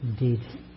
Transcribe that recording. Indeed